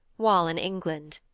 while in england.